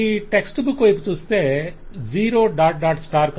ఈ textbook వైపు చూస్తే 0